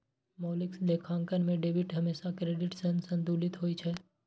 मौलिक लेखांकन मे डेबिट हमेशा क्रेडिट सं संतुलित होइ छै